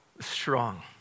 Strong